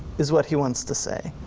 is what he wants to say.